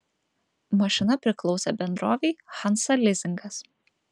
mašina priklausė bendrovei hansa lizingas